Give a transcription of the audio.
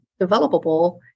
developable